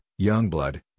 Youngblood